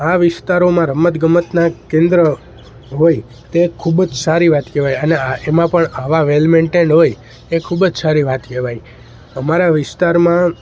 આ વિસ્તારોમાં રમત ગમતના કેન્દ્ર હોય તે ખૂબ જ સારી વાત કેવાય અને આ એમાં પણ આવા વેલ મેઇન્ટેન્ડ હોય એ ખૂબ જ સારી વાત કહેવાય અમારા વિસ્તારમાં